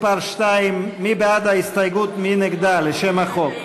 הסתייגות מס' 2 של חברי הכנסת דב חנין,